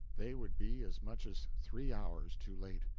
they would be as much as three hours too late.